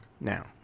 Now